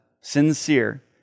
sincere